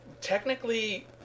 technically